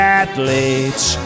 athletes